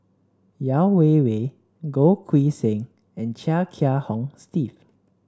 Yeo Wei Wei Goh Keng Swee and Chia Kiah Hong Steve